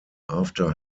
after